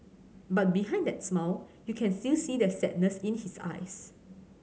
but behind that smile you can still see the sadness in his eyes